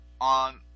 on